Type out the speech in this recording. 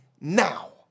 now